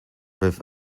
with